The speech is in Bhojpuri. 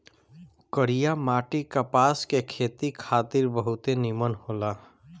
करिया माटी कपास के खेती खातिर बहुते निमन होला